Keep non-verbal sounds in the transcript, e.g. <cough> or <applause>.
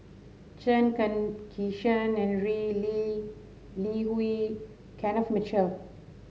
Chen <unintelligible> Kezhan Henri Lee Li Hui Kenneth Mitchell